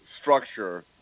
structure